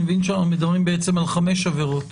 אני מבין שאנחנו מדברים בעצם על חמש עבירות.